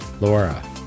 Laura